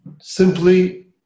Simply